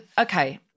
okay